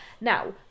now